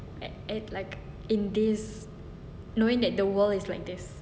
at it like in this knowing that the world is like this